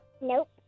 Nope